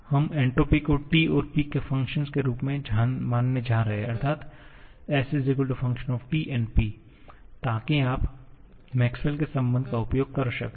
हम एंट्रॉपी को T और P के फंक्शन के रूप में मानने जा रहे हैं अर्थात s f T P ताकि आप मैक्सवेल के संबंध Maxwell's relation का उपयोग कर सकें